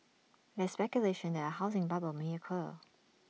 there is speculation that A housing bubble may occur